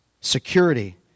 security